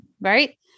Right